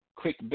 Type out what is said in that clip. Quick